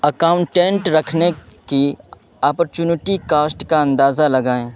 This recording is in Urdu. اکاؤنٹنٹ رکھنے کی آپرچونیٹی کاسٹ کا اندازہ لگائیں